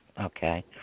Okay